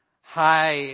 high